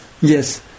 yes